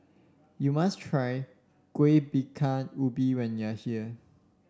you must try Kuih Bingka Ubi when you are here